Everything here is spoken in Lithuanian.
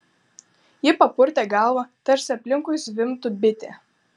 ji papurtė galvą tarsi aplinkui zvimbtų bitė